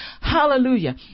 Hallelujah